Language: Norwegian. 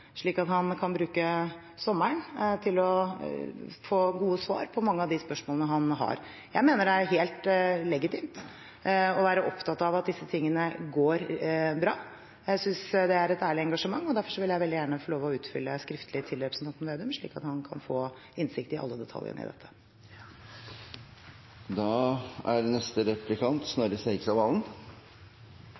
slik at han kan bruke sommeren på å få gode svar på mange av de spørsmålene han har. Jeg mener det er helt legitimt å være opptatt av at disse tingene går bra. Jeg synes det er et ærlig engasjement, og derfor vil jeg veldig gjerne få lov å utfylle skriftlig til representanten Slagsvold Vedum, slik at han kan få innsikt i alle detaljene i det. Og så ønsker vi representanten Slagsvold Vedum god sommerunderholdning! Spør man partiene på Stortinget, er